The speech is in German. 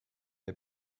der